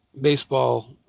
baseball